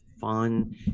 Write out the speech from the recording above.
fun